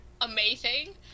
amazing